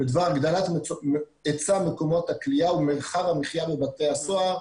בדבר הגבלת היצע מקומות הכליאה ומרחב המחיה בבתי הסוהר,